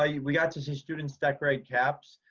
ah yeah we got to see students decorate caps,